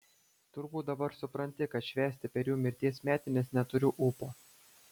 turbūt dabar supranti kad švęsti per jų mirties metines neturiu ūpo